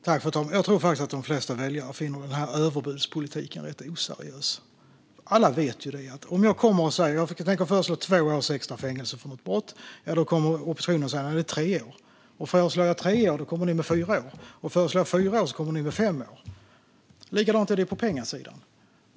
Fru talman! Jag tror faktiskt att de flesta väljare finner denna överbudspolitik rätt oseriös. Alla vet att om jag säger att jag tänker föreslår två års extra fängelse för ett brott kommer ni i oppositionen att säga tre år. Om jag föreslår tre år kommer ni med fyra år, och föreslår jag fyra år kommer ni med fem år. Det är likadant på pengasidan.